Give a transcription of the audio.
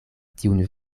tiun